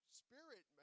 spirit